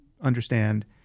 understand